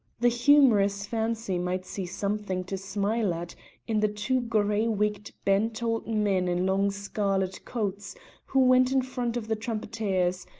the humorous fancy might see something to smile at in the two grey-wigged bent old men in long scarlet coats who went in front of the trumpeters,